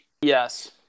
Yes